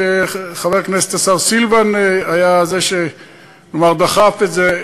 שחבר הכנסת השר סילבן שלום היה זה שדחף את זה.